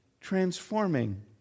transforming